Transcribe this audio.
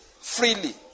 freely